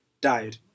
died